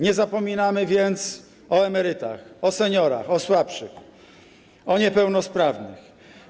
Nie zapominamy więc o emerytach, o seniorach, o słabszych, o niepełnosprawnych.